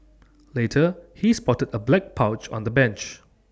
later he spotted A black pouch on the bench